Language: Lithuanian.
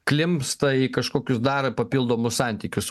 klimpsta į kažkokius dar papildomus santykius